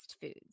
foods